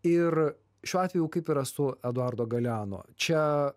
ir šiuo atveju kaip yra su eduardo galeano čia